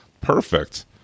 Perfect